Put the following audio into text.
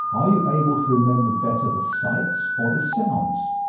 are you able to remember better the sights or the sounds?